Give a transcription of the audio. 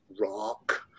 rock